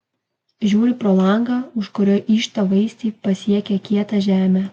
žiūri pro langą už kurio yžta vaisiai pasiekę kietą žemę